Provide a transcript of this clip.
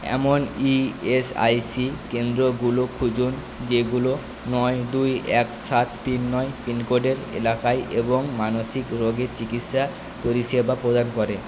এমন ইএসআইসি কেন্দ্রগুলো খুঁজুন যেগুলো নয় দুই এক সাত তিন নয় পিনকোডের এলাকায় এবং মানসিক রোগের চিকিৎসা পরিষেবা প্রদান করে